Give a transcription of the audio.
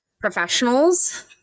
professionals